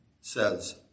says